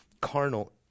carnal